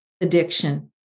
addiction